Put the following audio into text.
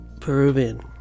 Peruvian